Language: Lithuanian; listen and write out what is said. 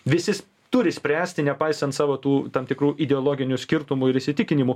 visi turi spręsti nepaisant savo tų tam tikrų ideologinių skirtumų ir įsitikinimų